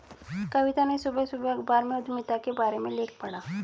कविता ने सुबह सुबह अखबार में उधमिता के बारे में लेख पढ़ा